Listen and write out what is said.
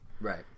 Right